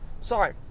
sorry